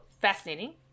fascinating